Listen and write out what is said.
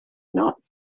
not